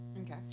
Okay